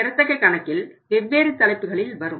ஆனால் பெறத்தக்க கணக்கில் வெவ்வேறு தலைப்புகளில் வரும்